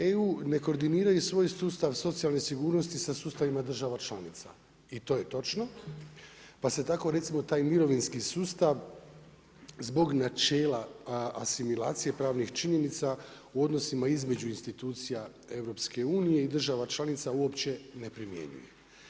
EU ne koordiniraju svoj sustav socijalne sigurnosti sa sustavima država članica i to je točno, pa se tako recimo taj mirovinski sustav zbog načela asimilacije pravnih činjenica u odnosima između institucija EU i država članica uopće ne primjenjuje.